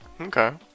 okay